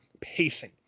pacing